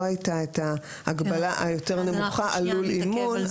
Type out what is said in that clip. הייתה ההגבלה היותר נמוכה על לול אימון.